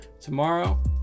tomorrow